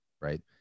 Right